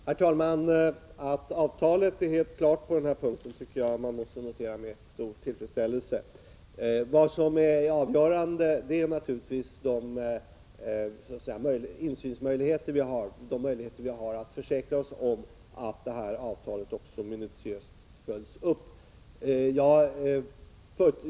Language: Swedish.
Herr talman! Att avtalet är helt klart på den här punkten tycker jag att man måste notera med stor tillfredsställelse. Vad som är avgörande är naturligtvis de insynsmöjligheter vi har, de möjligheter vi har att försäkra oss om att avtalet också minutiöst följs.